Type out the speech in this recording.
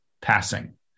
passing